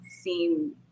seem